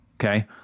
Okay